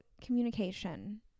communication